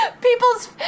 People's